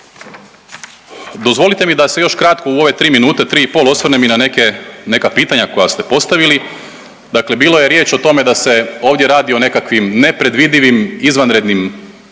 Dozvolite mi da se još kratko u ove 3 minute, 3 i pol, osvrnem i na neke, na neka pitanja koja ste postavili. Dakle, bilo je riječ o tome da se ovdje radi o nekakvim nepredvidivim i izvanrednim